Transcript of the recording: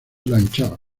blanchard